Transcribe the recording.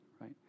right